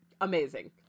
amazing